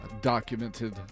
documented